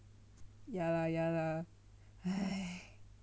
ya lah ya lah !hais!